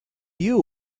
you